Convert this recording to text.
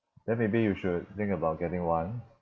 then maybe you should think about getting one